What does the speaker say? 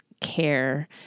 care